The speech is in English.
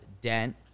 Dent